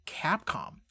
Capcom